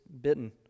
bitten